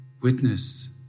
witness